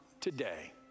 today